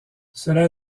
cela